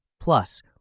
Plus